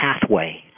pathway